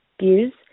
views